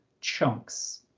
chunks